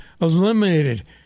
eliminated